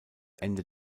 ende